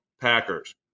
Packers